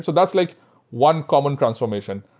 so that's like one common transformation.